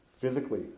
physically